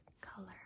color